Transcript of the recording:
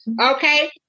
Okay